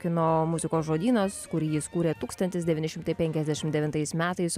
kino muzikos žodynas kurį jis kūrė tūkstantis devyni šimtai penkiasdešim devintais metais